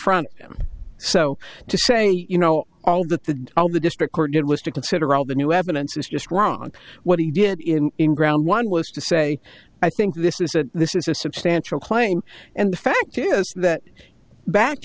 him so to say you know all that the all the district court it was to consider all the new evidence is just wrong what he did in in ground one was to say i think this is a this is a substantial claim and the fact is that back